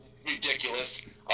ridiculous